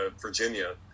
Virginia